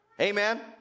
Amen